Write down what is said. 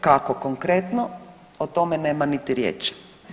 Kako konkretno, o tome nema niti riječi.